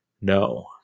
no